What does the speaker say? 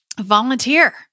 volunteer